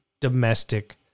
domestic